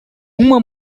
uma